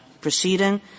proceeding